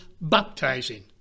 baptizing